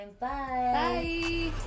Bye